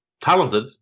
Talented